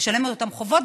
לשלם את אותם חובות.